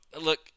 Look